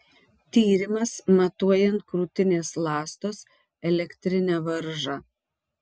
tyrimas matuojant krūtinės ląstos elektrinę varžą